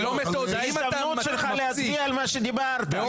זו ההזדמנות שלך להצביע על מה שדיברת.